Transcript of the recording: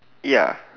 ya